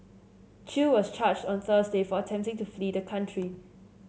Chew was charged on Thursday for attempting to flee the country